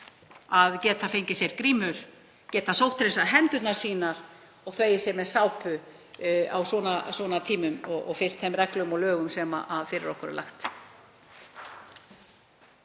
að geta fengið sér grímur, geta sótthreinsað hendur sínar og þvegið sér með sápu á svona tímum og fylgt þeim reglum og lögum sem fyrir okkur er lögð.